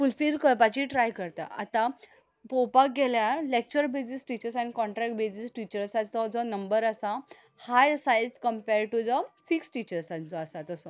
fulfil करपाची try करता आतां पळोवपाक गेल्यार लॅक्चर बेजीस टिचर्स आनी कॉन्ट्रॅक्ट बेजीस टिचर्सांचो जो नंबर आसा high side compare to the fix टिचर्सांचो आसा तसो